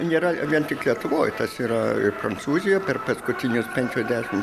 nėra vien tik lietuvoj tas yra ir prancūzijoj per paskutinius penkiasdešim